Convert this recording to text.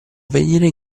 avvenire